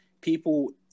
people